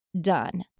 done